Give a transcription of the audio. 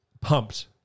pumped